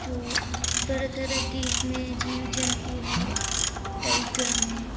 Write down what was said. जो तरह तरह के इसमें जीव जंतु हैं टाइगर हैं